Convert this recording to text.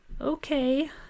Okay